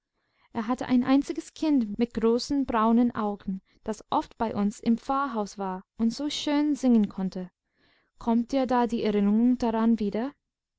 er hatte ein einziges kind mit großen braunen augen das oft bei uns im pfarrhaus war und so schön singen konnte kommt dir da die erinnerung daran wieder